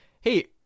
hey